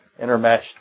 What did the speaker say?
intermeshed